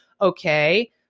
okay